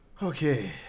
Okay